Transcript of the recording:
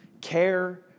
care